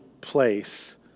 place